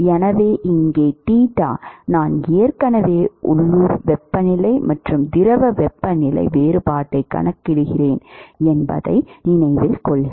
எனவே இங்கே தீட்டா நான் ஏற்கனவே உள்ளூர் வெப்பநிலை மற்றும் திரவ வெப்பநிலை வேறுபாட்டைக் கணக்கிடுகிறேன் என்பதை நினைவில் கொள்க